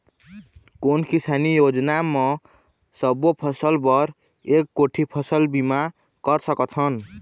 कोन किसानी योजना म सबों फ़सल बर एक कोठी फ़सल बीमा कर सकथन?